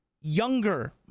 younger